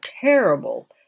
terrible